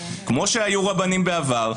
כמו שהיו רבנים בעבר,